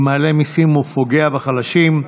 שמעלה מיסים ופוגע בחלשים,